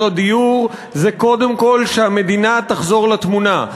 הדיור זה קודם כול שהמדינה תחזור לתמונה.